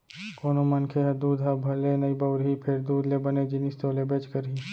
कोनों मनखे ह दूद ह भले नइ बउरही फेर दूद ले बने जिनिस तो लेबेच करही